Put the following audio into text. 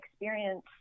experience